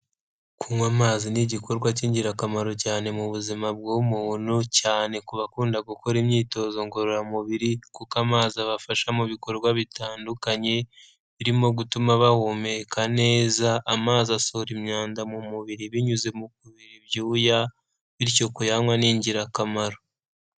Kunywa amazi ni igikorwa cy'ingirakamaro cyane mu buzima bw'umuntu cyane ku bakunda gukora imyitozo ngororamubiri, kuko amazi abafasha mu bikorwa bitandukanye, birimo gutuma bahumeka neza, amazi asohora imyanda mu mubiri binyuze mu kubira ibyuya, bityo kuyanywa ni ingirakamaro.